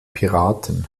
piraten